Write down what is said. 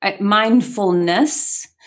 mindfulness